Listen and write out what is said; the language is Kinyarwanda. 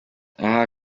aha